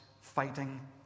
fighting